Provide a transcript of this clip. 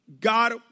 God